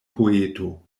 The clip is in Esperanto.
poeto